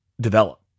develop